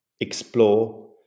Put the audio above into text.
explore